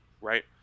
right